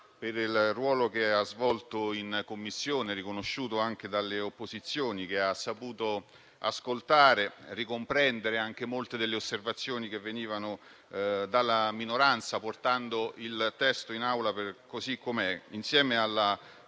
per il ruolo che ha svolto in Commissione, riconosciuto anche dalle opposizioni, avendo saputo ascoltare e ricomprendendo anche molte delle osservazioni che venivano dalla minoranza, portando il testo in Aula così com'è, insieme alla